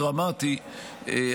דרמטי,